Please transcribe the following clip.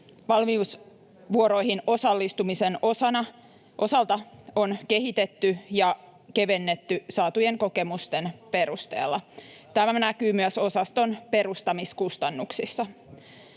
valmiusvuoroihin osallistumisen osalta on kehitetty ja kevennetty saatujen kokemusten perusteella. Tämä näkyy myös osaston perustamiskustannuksissa.